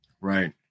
Right